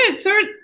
third